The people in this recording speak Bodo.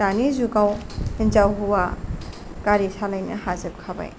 दानि जुगाव हिनजाव हौवा गारि सालायनो हाजोबखाबाय